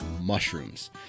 mushrooms